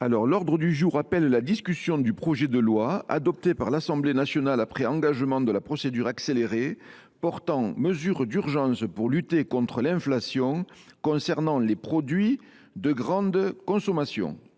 L’ordre du jour appelle la discussion du projet de loi, adopté par l’Assemblée nationale après engagement de la procédure accélérée, portant mesures d’urgence pour lutter contre l’inflation concernant les produits de grande consommation